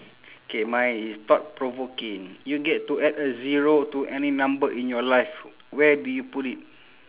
K mine is thought provoking you get to add a zero to any number in your life where do you put it